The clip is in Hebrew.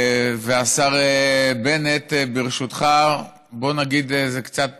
והשר בנט, ברשותך, בוא ניתן איזו קצת